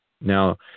now